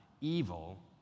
evil